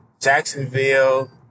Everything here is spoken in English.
Jacksonville